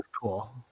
cool